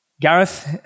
Gareth